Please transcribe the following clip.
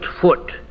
foot